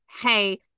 Hey